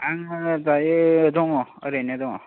आङो दायो दङ ओरैनो दङ